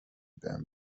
بهم